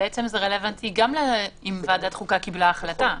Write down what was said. בעצם זה רלוונטי גם אם ועדת החוקה קיבלה החלטה.